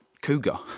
cougar